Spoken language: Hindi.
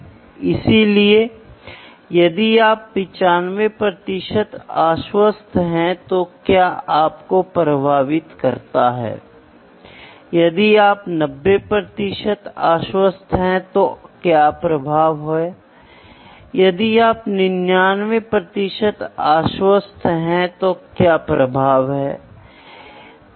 इसलिए प्रोडक्ट के प्रदर्शन का मूल्यांकन केवल माप से किया जाना चाहिए और उसके बाद आप इसे बाजार में रख सकते हैं या आप इसे टेस्ट बेड में रख सकते हैं और फिर इसे माप सकते हैं लेकिन यदि आप इसे पहले करना चाहते हैं तो आप एक उचित माप करें